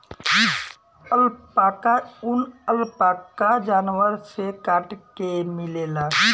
alpaca ऊन, alpaca जानवर से काट के मिलेला